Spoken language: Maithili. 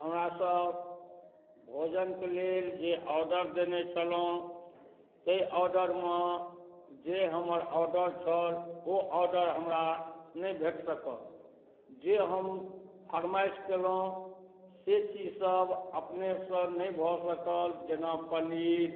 हमरा सब भोजनके लेल जे ऑर्डर देने छलहुँ ताहि ऑर्डरमे जे हमर ऑर्डर छल ओ ऑर्डर हमरा नहि भेट सकल जे हम फरमाइश कयलहुँ से चीज सब अपनेसँ नहि भऽ सकल जेना पनीर